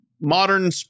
modern